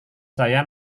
saya